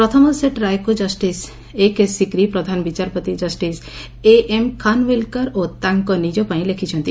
ପ୍ରଥମ ସେଟ୍ ରାୟକୁ justice A K Sikri' ପ୍ରଧାନ ବିଚାରପତି ଜଷ୍ଟିସ୍ ଏଏମ୍ ଖାନ୍ୱିଲ୍କର ଓ ତାଙ୍କ ନିଜପାଇଁ ଲେଖିଛନ୍ତି